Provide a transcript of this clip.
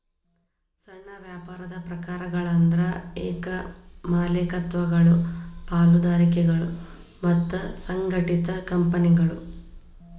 ಸಣ್ಣ ವ್ಯಾಪಾರದ ಪ್ರಕಾರಗಳಂದ್ರ ಏಕ ಮಾಲೇಕತ್ವಗಳು ಪಾಲುದಾರಿಕೆಗಳು ಮತ್ತ ಸಂಘಟಿತ ಕಂಪನಿಗಳು